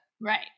Right